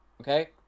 okay